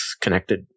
connected